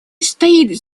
стоит